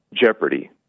jeopardy